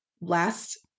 last